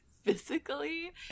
physically